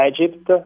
Egypt